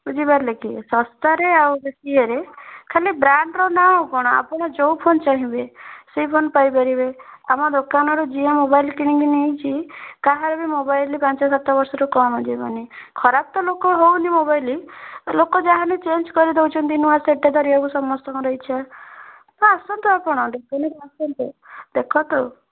ବୁଝିପାରିଲେ କି ଶସ୍ତାରେ ଆଉ ବେଶି ଇଏରେ ଖାଲି ବ୍ରାଣ୍ଡ୍ର ନାଁ ଆଉ କ'ଣ ଆପଣ ଯେଉଁ ଫୋନ୍ ଚାହିଁବେ ସେଇ ଫୋନ୍ ପାଇପାରିବେ ଆମ ଦୋକାନରୁ ଯିଏ ମୋବାଇଲ୍ କିଣିକି ନେଇଛି କାହାର ବି ମୋବାଇଲ୍ ପାଞ୍ଚ ସାତ ବର୍ଷରୁ କମ୍ ଯିବନି ଖରାପ ତ ଲୋକ ହେଉନି ମୋବାଇଲ୍ ଲୋକ ଯାହା ଚେଞ୍ଜ୍ କରିଦେଉଛନ୍ତି ନୂଆ ସେଟ୍ଟେ ଧରିବାକୁ ସମସ୍ତଙ୍କର ଇଚ୍ଛା ହଁ ଆସନ୍ତୁ ଆପଣ ଦୋକାନକୁ ଆସନ୍ତୁ ଦେଖନ୍ତୁ